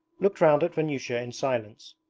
looked round at vanyusha in silence.